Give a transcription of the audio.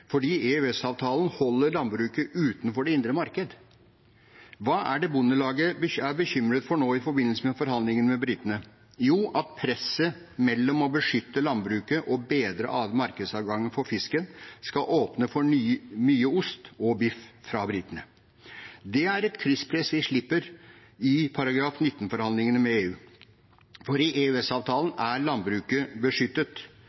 fordi EØS-avtalen holder landbruket utenfor det indre marked. Hva er det Bondelaget nå er bekymret for i forbindelse med forhandlingene med britene? Jo, at presset mellom å beskytte landbruket og bedre markedsadgangen for fisk skal åpne for mye ost og biff fra britene. Det er et krysspress vi slipper i § 19-forhandlingene med EU, for i EØS-avtalen er landbruket beskyttet,